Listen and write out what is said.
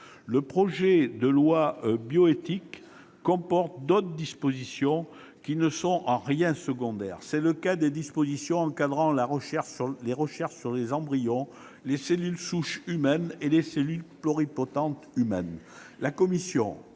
Le projet de loi comporte d'autres dispositions qui ne sont en rien secondaires. C'est le cas des dispositions encadrant la recherche sur les embryons, les cellules souches humaines et les cellules pluripotentes humaines.